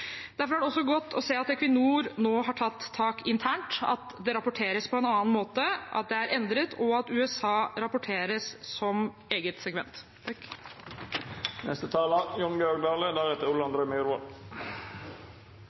Derfor er det også godt å se at Equinor nå har tatt tak internt, at det rapporteres på en annen måte – at det er endret, og at USA rapporteres som eget segment.